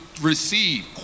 receive